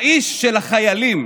האיש של החיילים.